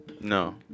No